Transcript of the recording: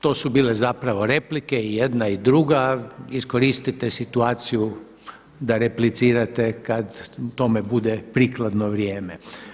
To su bile zapravo replike i jedna i druga, iskoristite situaciju da replicirate kada tome bude prikladno vrijeme.